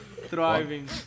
Thriving